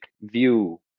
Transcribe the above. view